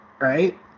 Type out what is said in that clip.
right